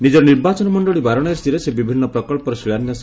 ନିଜର ନିର୍ବାଚନ ମଣ୍ଡଳୀ ବାରାଣାସୀରେ ସେ ବିଭିନ୍ନ ପ୍ରକଳ୍ପର ଶିଳାନ୍ୟାସ